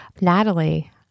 Natalie